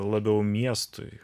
labiau miestui